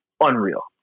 unreal